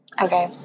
Okay